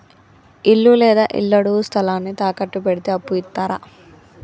ఇల్లు లేదా ఇళ్లడుగు స్థలాన్ని తాకట్టు పెడితే అప్పు ఇత్తరా?